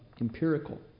empirical